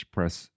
Press